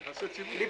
יחסי ציבור.